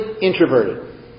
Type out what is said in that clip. introverted